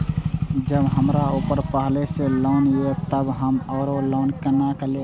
जब हमरा ऊपर पहले से लोन ये तब हम आरो लोन केना लैब?